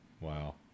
Wow